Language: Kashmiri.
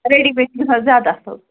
ریڈی میڈی چھُنہٕ حظ زیادٕ اَصٕل